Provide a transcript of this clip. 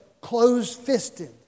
closed-fisted